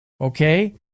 Okay